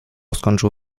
skończył